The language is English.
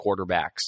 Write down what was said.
quarterbacks